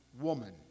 woman